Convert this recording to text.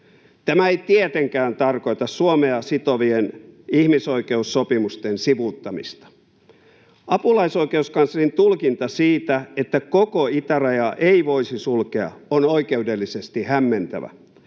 Tämä ei tietenkään tarkoita Suomea sitovien ihmisoikeussopimusten sivuuttamista. Apulaisoikeuskanslerin tulkinta siitä, että koko itärajaa ei voisi sulkea, on oikeudellisesti hämmentävä.